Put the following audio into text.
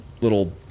little